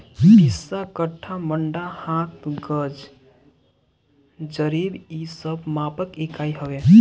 बिस्सा, कट्ठा, मंडा, हाथ, गज, जरीब इ सब मापक इकाई हवे